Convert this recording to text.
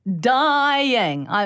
dying